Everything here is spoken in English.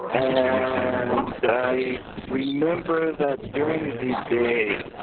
um and i remember that, during the day,